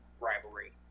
rivalry